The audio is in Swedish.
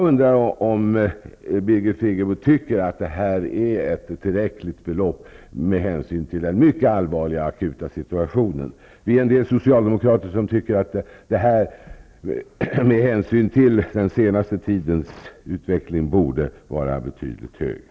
Tycker Birgit Friggebo att detta är ett tillräckligt belopp med hänsyn till den mycket allvarliga akuta situationen? Vi är en del socialdemokrater som tycker att det med hänsyn till den senaste utvecklingen borde vara betydligt högre.